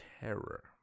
terror